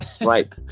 Right